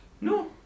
No